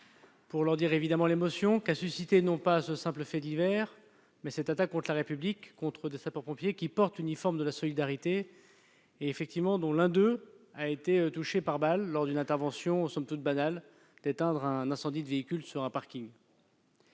pour leur dire l'émotion qu'a suscitée non pas ce simple fait divers, mais cette attaque contre la République, contre les sapeurs-pompiers qui portent l'uniforme de la solidarité. L'un d'entre eux a été blessé par balle lors d'une intervention- somme toute banale -visant à éteindre un incendie de véhicule sur un parking.